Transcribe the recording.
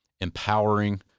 empowering